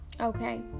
okay